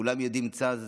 כולם יודעים על צאנז,